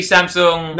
Samsung